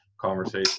conversation